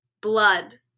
Blood